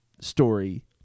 story